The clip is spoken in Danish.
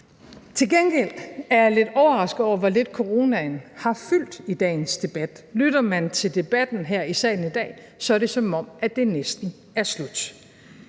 Til gengæld er jeg lidt overrasket over, hvor lidt coronaen har fyldt i dagens debat. Lytter man til debatten her i salen i dag, er det, som om det næsten er slut.